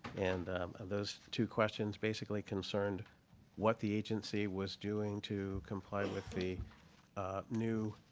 and those two questions basically concerned what the agency was doing to comply with the new